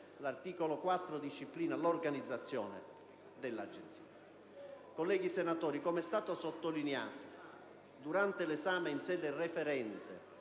l'articolo 4 ne disciplina l'organizzazione. Colleghi senatori, come è stato sottolineato durante l'esame in sede referente